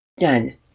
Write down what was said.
Done